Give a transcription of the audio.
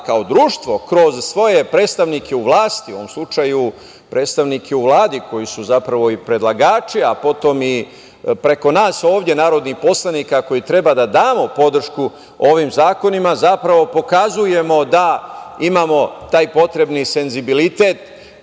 kao društvo, kroz svoje predstavnike u vlasti, u ovom slučaju predstavnike u Vladi, koji su predlagači, a potom i preko nas narodnih poslanika, koji treba da damo podršku ovim zakonima, zapravo pokazujemo da imamo taj potrebni senzibilitet